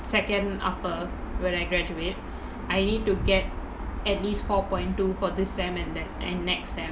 second upper when I graduate I need to get at least four point two for this semester and that and next semester